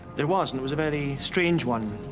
there was, and it was a very strange one.